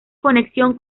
conexión